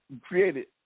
created